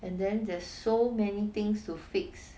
and then there's so many things to fix